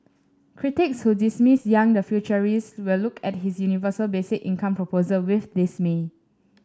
critics who dismiss Yang the futurist will look at his universal basic income proposal with dismay